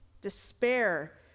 despair